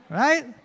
right